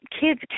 kids